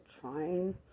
trying